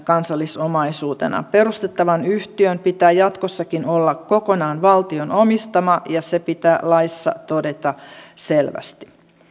perustettavan yhtiön pitää jatkossakin olla kokonaan valtion omistama ja se pitää laissa todeta selvästi